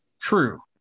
True